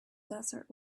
desert